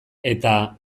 eta